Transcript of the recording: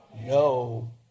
No